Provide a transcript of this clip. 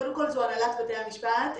קודם כל זה הנהלת בתי המשפט,